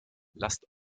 lasst